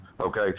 okay